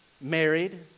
married